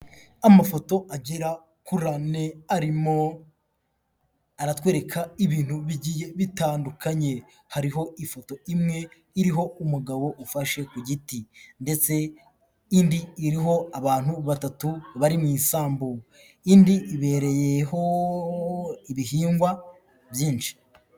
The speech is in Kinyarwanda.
Amafoto agera kuri ane arimo aratwereka ibintu bigiye bitandukanye, hariho ifoto imwe iriho umugabo ufashe ku giti ndetse indi iriho abantu batatu bari mu isambu, indi ibereyeho ibihingwa byinshi.